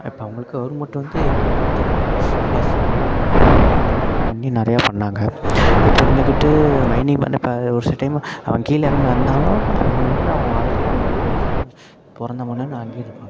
இப்போ அவங்களுக்கு கவர்மெண்ட்டு வந்து எம்ஜிஆர் காலத்தில் வந்து பஸ்ஸு ரோடு நிறையா போட்டு இதெல்லாம் பண்ணி நிறையா பண்ணிணாங்க இப்போ இருந்துக்கிட்டு மைனிங் வந்து இப்போ ஒரு சில டைமு அவன் கீழே இறங்கி வந்தாலும் அவங்க வந்து அவங்க வாழ்க்கைய அவங்க ஊரை சொந் பிறந்த மண்ணுனு அங்கேயே இருப்பாங்க